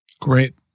Great